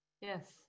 yes